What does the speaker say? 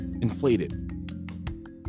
inflated